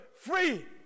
free